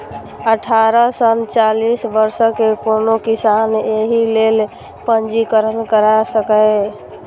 अठारह सं चालीस वर्षक कोनो किसान एहि लेल पंजीकरण करा सकैए